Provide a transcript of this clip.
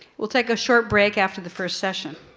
we'll take a short break after the first session.